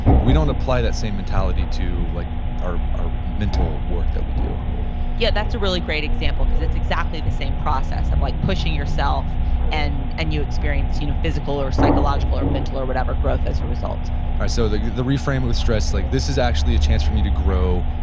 but we don't apply that same mentality to like our our mental work that we do yeah, that's a really great example because it's exactly the same process of like pushing yourself and and you experience you know physical or psychological or mental or whatever growth as a result right. so, the the reframe of the stress like, this is actually a chance for me to grow,